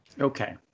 Okay